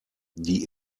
die